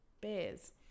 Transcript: Bears